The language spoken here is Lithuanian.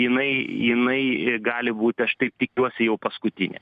jinai jinai gali būti aš taip tikiuosi jau paskutinė